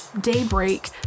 daybreak